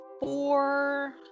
Four